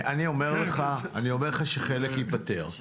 אני אומר לך שחלק ייפתר.